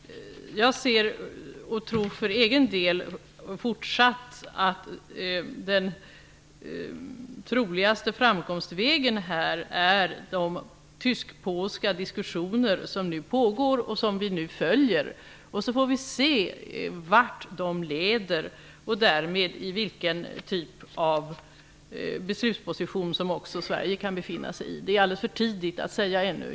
Jag ser och tror för egen del att den troligaste framkomstvägen i fortsättningen är de tysk-polska diskussioner som nu pågår och som vi följer. Vi får se vart de leder och därmed i vilken typ av beslutsposition som också Sverige kan befinna sig i. Det det är alldeles för tidigt att säga ännu.